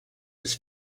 his